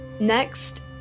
Next